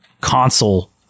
console